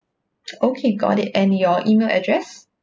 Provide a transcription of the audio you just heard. okay got it and your email address